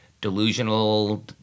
delusional